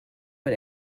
but